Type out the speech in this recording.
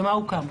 מה הוקם.